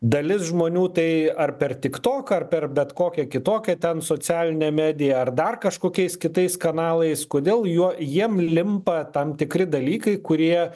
dalis žmonių tai ar per tiktoką ar per bet kokią kitokią ten socialinę mediją ar dar kažkokiais kitais kanalais kodėl juo jiem limpa tam tikri dalykai kurie